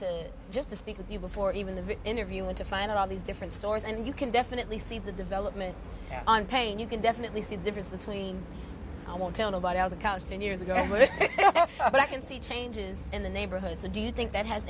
but just to speak with you before even the interview and to find out all these different stories and you can definitely see the development on pain you can definitely see the difference between i won't tell nobody how the cost ten years ago with it but i can see changes in the neighborhoods and do you think that has